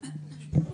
החוק?